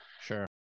sure